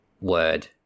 word